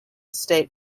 state